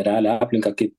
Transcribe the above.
realią aplinką kai